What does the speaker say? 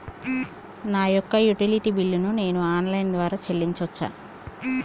నా యొక్క utility bill ను నేను ఆన్ లైన్ ద్వారా చెల్లించొచ్చా?